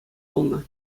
пулнӑ